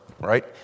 right